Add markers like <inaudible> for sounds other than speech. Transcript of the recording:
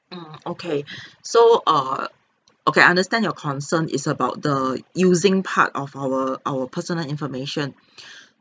orh okay <breath> so err okay I understand your concern is about the using part of our our personal information <breath>